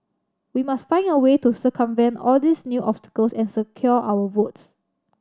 we must find a way to circumvent all these new obstacles and secure our votes